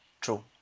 true